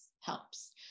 helps